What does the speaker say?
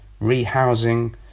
rehousing